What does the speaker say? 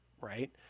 right